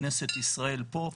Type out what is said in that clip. כנסת ישראל פה,